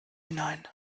hinein